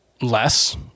less